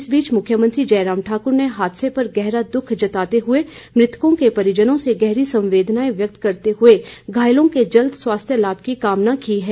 इस बीच मुख्यमंत्री जयराम ठाकुर ने हादसे पर गहरा दुख जताते हुए मृतकों के परिजनों से गहरी संवेदनाएं व्यक्त करते हुए घायलों के जल्द स्वास्थ्य लाभ की कामना की है